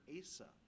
Asa